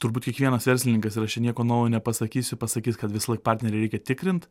turbūt kiekvienas verslininkas ir aš čia nieko naujo nepasakysiu pasakys kad visąlaik partnerį reikia tikrint